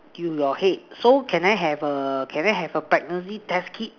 in your head so can I have a can I have a pregnancy test kit